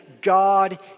God